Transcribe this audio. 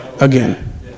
again